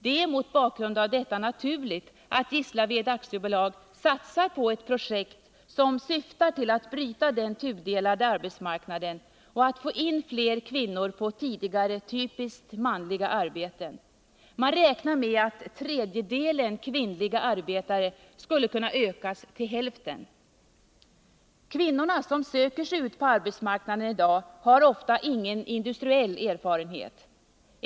Det är mot bakgrund av detta naturligt att Gislaved AB satsar på ett projekt som syftar till att bryta den tudelade arbetsmarknaden, att få in fler kvinnor på tidigare typiskt manliga arbeten. Man räknar med att tredjedelen kvinnliga arbetare skulle kunna ökas till hälften. Kvinnorna som söker sig ut på arbetsmarknaden i dag har ofta ingen industriell erfarenhet.